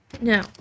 no